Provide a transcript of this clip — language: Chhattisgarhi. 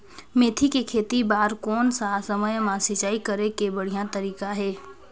मेथी के खेती बार कोन सा समय मां सिंचाई करे के बढ़िया तारीक हे?